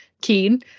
keen